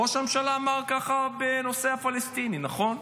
ראש הממשלה אמר ככה בנושא הפלסטיני, נכון?